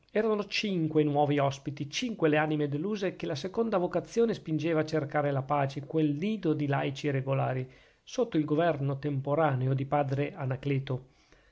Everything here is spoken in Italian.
erano cinque i nuovi ospiti cinque le anime deluse che la seconda vocazione spingeva a cercare la pace in quel nido di laici regolari sotto il governo temporaneo di padre anacleto